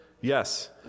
yes